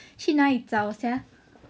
哪里找 sia